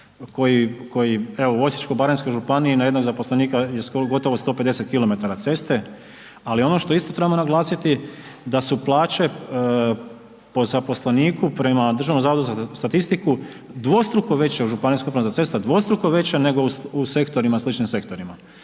koji evo u Osječko-baranjskoj županiji na jednog zaposlenika je gotovo 150 km ceste, ali ono što isto trebamo naglasiti da su plaće po zaposleniku, prema Državnom zavodu za statistiku, dvostruko veće od ŽUC-a, dvostruko veće nego u sektorima,